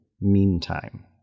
Meantime